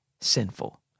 sinful